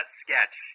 sketch